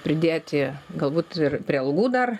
pridėti galbūt ir prie algų dar